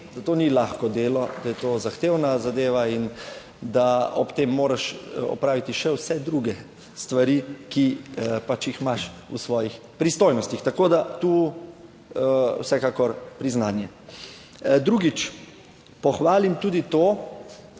da to ni lahko delo, da je to zahtevna zadeva, in da ob tem moraš opraviti še vse druge stvari, ki jih imaš v svojih pristojnostih, tako da tu vsekakor priznanje. Drugič, pohvalim tudi to,